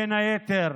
בין היתר,